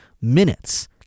minutes